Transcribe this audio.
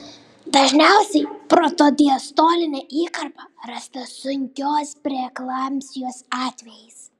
dažniausiai protodiastolinė įkarpa rasta sunkios preeklampsijos atvejais